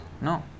no